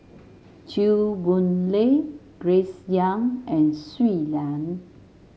Chew Boon Lay Grace Young and Shui Lan